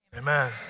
Amen